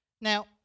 Now